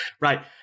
Right